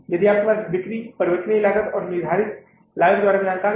यदि आपके पास बिक्री परिवर्तनीय लागत और निश्चित लागत के बारे में जानकारी है